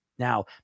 Now